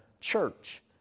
church